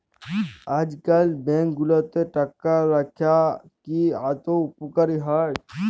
আইজকাল ব্যাংক গুলাতে টাকা রাইখা কি আদৌ উপকারী হ্যয়